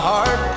Heart